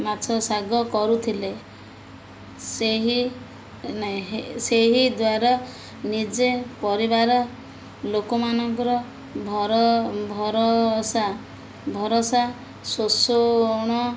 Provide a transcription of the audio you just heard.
ମାଛ ଶାଗ କରୁଥିଲେ ସେହି ନାଇଁ ସେହି ଦ୍ୱାରା ନିଜେ ପରିବାର ଲୋକମାନଙ୍କର ଭର ଭରସା ଭରସା ଶୋଷଣ